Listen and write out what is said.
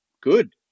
Good